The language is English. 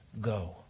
Go